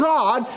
God